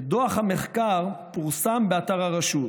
ודוח המחקר פורסם באתר הרשות.